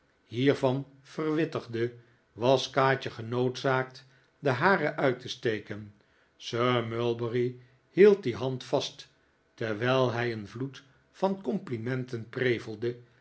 hiervan verwittigde was kaatje genoodzaakt de hare uit te steken sir mulberry hield die hand vast terwijl hij een vloed van complimenten prevelde